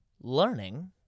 learning